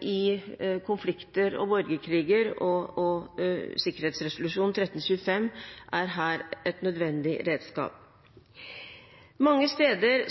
i konflikter og borgerkriger. Sikkerhetsresolusjon 1325 er her et nødvendig redskap. Mange steder